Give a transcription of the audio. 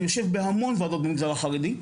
אני יושב בהמון ועדות במגזר החרדי,